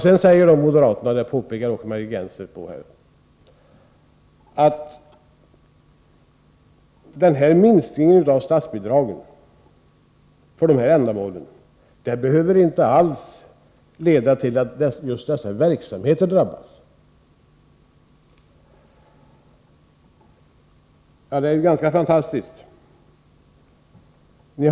Sedan säger moderaterna — det påpekade även Margit Gennser — att minskningen av statsbidragen för dessa ändamål inte alls behöver leda till att just dessa verksamheter drabbas. Det är ett ganska fantastiskt påstående.